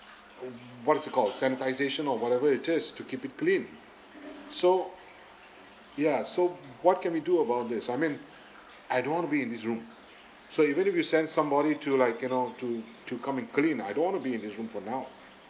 uh what is it called sanitisation or whatever it is to keep it clean so ya so what can we do about this I mean I don't want to be in this room so even if you send somebody to like you know to to come and clean I don't want to be in this room for now